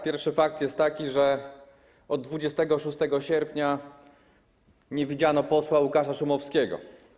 Pierwszy fakt jest taki, że od 26 sierpnia nie widziano posła Łukasza Szumowskiego.